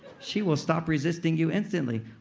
she will stop resisting you instantly.